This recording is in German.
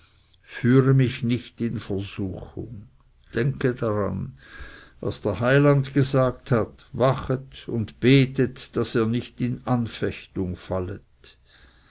führe mich nicht in versuchung denke daran was der heiland gesagt hat wachet und betet daß ihr nicht in anfechtungen fallet